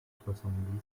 soixante